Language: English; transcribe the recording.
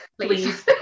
please